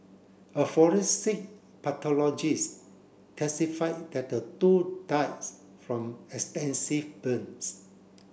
a forensic pathologist testified that the two dies from extensive burns